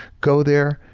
go there,